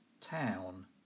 town